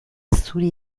zuri